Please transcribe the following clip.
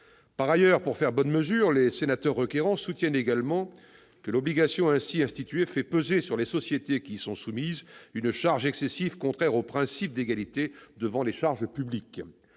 Par ailleurs, pour faire bonne mesure, les sénateurs requérants soutenaient également que « l'obligation ainsi instituée fait peser sur les sociétés qui y sont soumises une charge excessive contraire au principe d'égalité devant les charges publiques